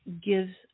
gives